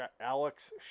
Alex